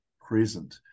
present